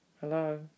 Hello